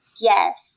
Yes